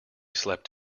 slept